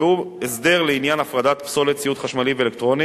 יקבעו הסדר לעניין הפרדת פסולת ציוד חשמלי ואלקטרוני